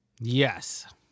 Yes